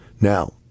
Now